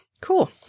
Cool